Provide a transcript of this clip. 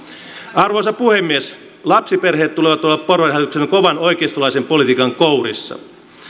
arvoisa puhemies lapsiperheet tulevat olemaan porvarihallituksen kovan oikeistolaisen politiikan kourissa